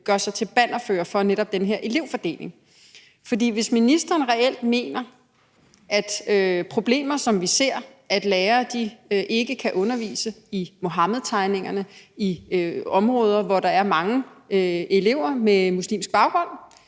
gør sig til bannerfører for, netop den her elevfordeling. For hvis ministeren reelt mener, at der, som vi ser, er problemer med, at lærere i områder, hvor der er mange elever med muslimsk baggrund,